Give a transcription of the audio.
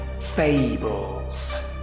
fables